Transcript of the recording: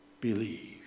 believe